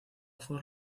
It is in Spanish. ford